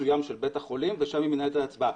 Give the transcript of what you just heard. מסוים של בית החולים ושם היא מנהלת את ההצבעה.